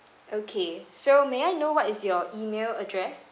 okay so may I know what is your email address